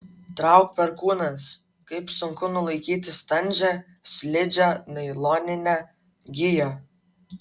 trauk perkūnas kaip sunku nulaikyti standžią slidžią nailoninę giją